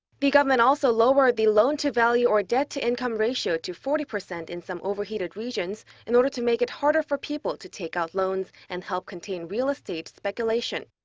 the government also lowered the loan-to-value or debt-to-income ratio to forty percent in some overheated regions in order to make it harder for people to take out loans and help contain real estate speculation.